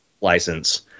license